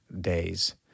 days